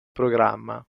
programma